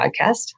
podcast